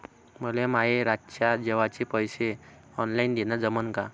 मले माये रातच्या जेवाचे पैसे ऑनलाईन देणं जमन का?